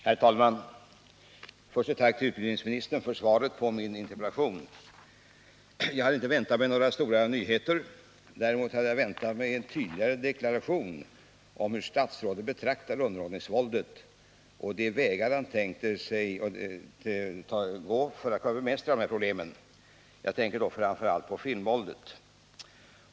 Herr talman! Först ett tack till utbildningsministern för svaret på min interpellation. Jag hade inte väntat några stora nyheter. Däremot hade jag väntat mig en tydligare deklaration om hur statsrådet betraktar underhållningsvåldet och de vägar han tänker sig gå för att bemästra dessa problem — jag tänker då framför allt på filmvåldet.